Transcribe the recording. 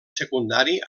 secundari